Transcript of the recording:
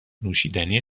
نوشیدنی